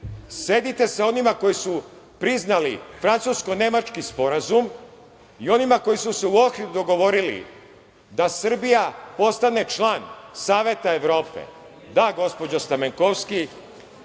Sedite sa onima koji su priznali francusko-nemački sporazum i onima koji su se u Ohridu dogovorili da Srbija postane član Saveta Evrope. Da, gospođo Stamenkovski,